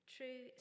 True